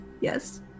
Yes